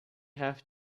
have